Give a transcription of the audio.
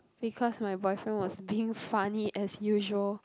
because my boyfriend was being funny as usual